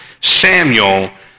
Samuel